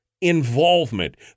Involvement